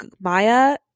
maya